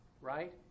Right